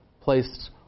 placed